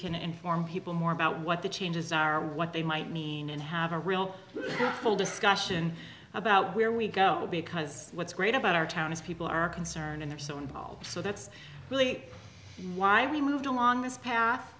can inform people more about what the changes are what they might mean and have a real full discussion about where we go because what's great about our town is people are concerned they're so involved so that's really why we moved along this pa